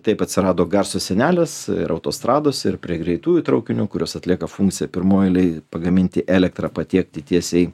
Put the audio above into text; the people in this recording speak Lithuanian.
taip atsirado garso sienelės ir autostrados ir prie greitųjų traukinių kurios atlieka funkciją pirmoj eilėj pagaminti elektrą patiekti tiesiai